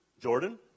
Jordan